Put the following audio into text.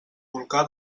volcà